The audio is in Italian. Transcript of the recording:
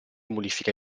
modifiche